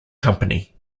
company